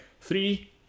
Three